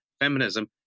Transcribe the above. feminism